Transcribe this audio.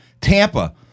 Tampa